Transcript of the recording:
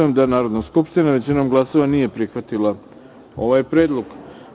Konstatujem da Narodna skupština većinom glasova nije prihvatila ovaj predlog.